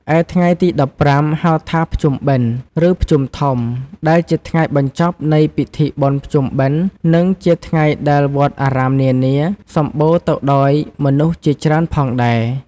ឯថ្ងៃទី១៥ ហៅថាភ្ជុំបិណ្ឌ ឬភ្ជុំធំ ដែលជាថ្ងៃបញ្ចប់នៃវិធីបុណ្យភ្ជុំបិណ្ឌនិងជាថ្ងៃដែលវត្តអារាមនានា សំម្បូរទៅដោយមនុស្សជាច្រើនផងដែរ ។